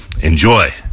Enjoy